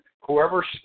Whoever